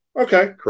Okay